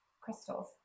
Crystals